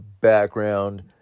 background